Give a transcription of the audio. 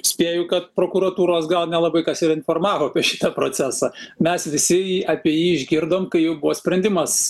spėju kad prokuratūros gal nelabai kas ir informavo apie šitą procesą mes visi apie jį išgirdom kai jau buvo sprendimas